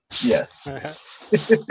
Yes